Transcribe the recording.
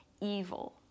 evil